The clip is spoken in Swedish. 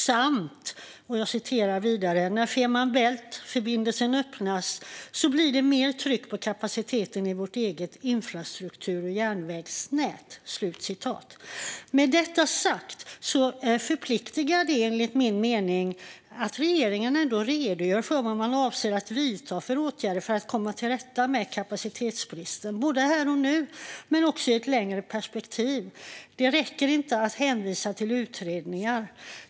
Statsrådet sa vidare att när Fehmarn Bält-förbindelsen öppnas blir det mer tryck på kapaciteten i vårt eget infrastruktur och järnvägsnät. Enligt min mening är detta något som förpliktar. Regeringen bör redogöra för vad man avser att vidta för åtgärder för att komma till rätta med kapacitetsbristen både här och nu och i ett längre perspektiv. Det räcker inte att hänvisa till utredningar.